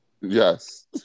Yes